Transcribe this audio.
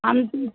అంత